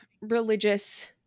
religious